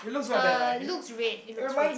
uh looks red it looks red